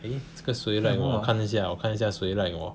eh 这个谁 like 我我看一下谁 like 我